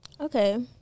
Okay